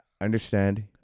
understand